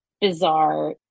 bizarre